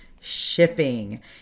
shipping